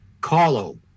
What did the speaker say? Carlo